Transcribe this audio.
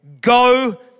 go